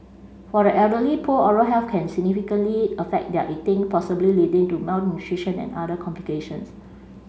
for the elderly poor oral health can significantly affect their eating possibly leading to malnutrition and other complications